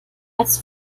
als